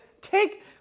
Take